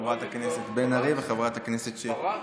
חברת הכנסת בן ארי וחברת הכנסת שיר.